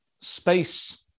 space